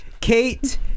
Kate